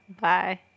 bye